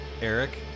Eric